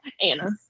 Anna